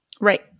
right